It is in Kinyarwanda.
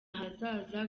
ahazaza